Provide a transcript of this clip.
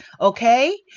okay